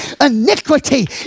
iniquity